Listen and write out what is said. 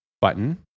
button